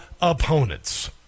opponents